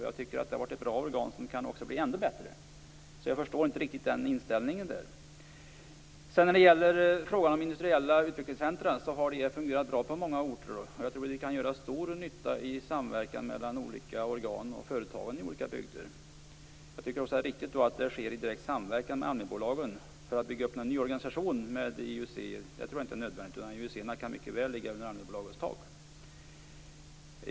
Jag tycker att det har varit ett bra organ som kan bli ändå bättre. Jag förstår inte riktigt Jan Backmans inställning. När det gäller frågan om industriella utvecklingscentrum har de fungerat bra på många orter. Jag tror att de kan göra stor nytta i samverkan mellan olika organ och företagen i olika bygder. Det är riktigt bra att det sker i direkt samverkan med ALMI-bolagen. Att bygga upp en ny organisation med industriella utvecklingscentrum tror jag inte är nödvändigt. De kan mycket väl ligga under ALMI-bolagens tak.